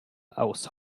aus